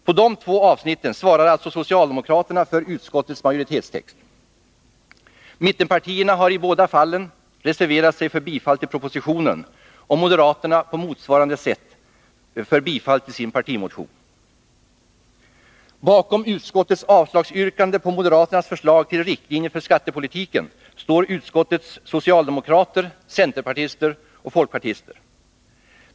På dessa två avsnitt svarar alltså socialdemokraterna för utskottets majoritetstext. Mittenpartierna har i båda fallen reserverat sig för bifall till propositionen, och moderaterna på motsvarande sätt för bifall till sin partimotion. Bakom utskottets yrkande om avslag på moderaternas förslag till riktlinjer för skattepolitiken står utskottets socialdemokrater, centerpartister och folkpartister.